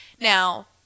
Now